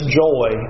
joy